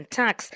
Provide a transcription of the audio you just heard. tax